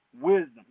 wisdom